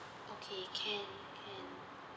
okay can can